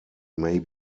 may